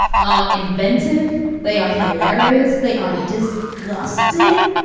are inventive they are hilarious. they are disgusting.